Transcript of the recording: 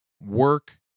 work